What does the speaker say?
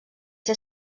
ser